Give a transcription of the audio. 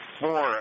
four